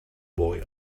boy